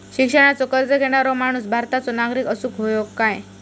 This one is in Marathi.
शिक्षणाचो कर्ज घेणारो माणूस भारताचो नागरिक असूक हवो काय?